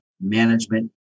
management